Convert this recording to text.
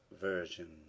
Version